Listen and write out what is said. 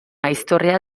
historia